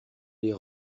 les